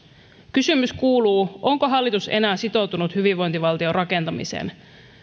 kysymys kuuluu onko hallitus enää sitoutunut hyvinvointivaltion rakentamiseen